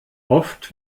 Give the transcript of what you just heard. oft